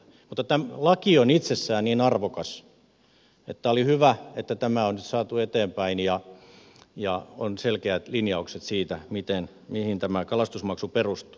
mutta tämä laki on itsessään niin arvokas että oli hyvä että tämä on nyt saatu eteenpäin ja on selkeät linjaukset siitä mihin kalastusmaksu perustuu